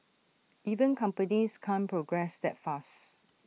even companies can't progress that fast